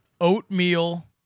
oatmeal